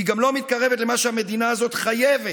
הם גם לא מתקרבים למה שהמדינה הזאת חייבת